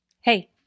Hey